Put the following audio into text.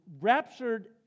raptured